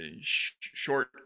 short